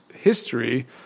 history